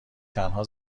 تنها